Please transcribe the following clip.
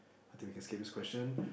I think we can skip this question